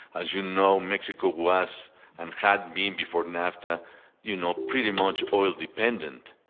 as you know, mexico was and had been before nafta you know pretty much oil dependent.